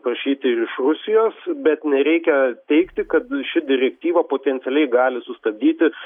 prašyti iš rusijos bet nereikia teigti kad ši direktyva potencialiai gali sustabdyti